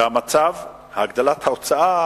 הגדלת ההוצאה,